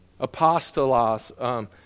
Apostolos